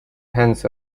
hands